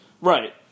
Right